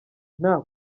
nta